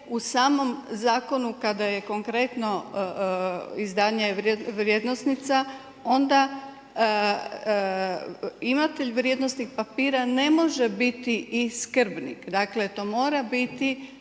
u samom zakonu kada je konkretno izdanje vrijednosnica onda imatelj vrijednosnih papira ne može biti i skrbnik. Dakle to mora biti